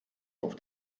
auf